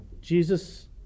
Jesus